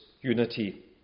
unity